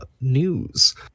news